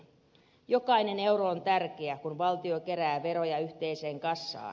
jokainen euro on tärkeä kun valtio kerää veroja yhteiseen kassaan